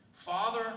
Father